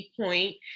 point